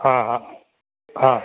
हां हां हां